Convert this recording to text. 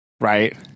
right